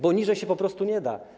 Bo niżej się po prostu nie da.